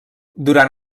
durant